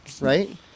Right